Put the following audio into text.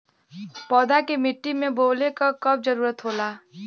पौधा के मिट्टी में बोवले क कब जरूरत होला